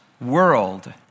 world